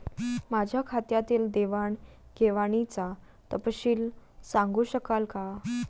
माझ्या खात्यातील देवाणघेवाणीचा तपशील सांगू शकाल काय?